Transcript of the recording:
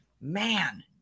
man